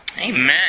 Amen